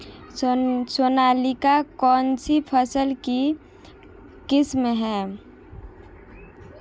सोनालिका कौनसी फसल की किस्म है?